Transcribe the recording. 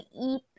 eat